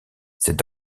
cet